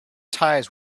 ties